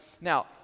Now